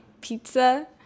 pizza